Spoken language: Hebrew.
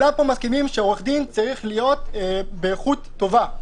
מסכימים שעורך דין צריך להיות באיכות טובה.